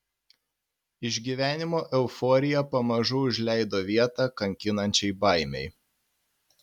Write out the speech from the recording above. išgyvenimo euforija pamažu užleido vietą kankinančiai baimei